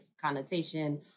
connotation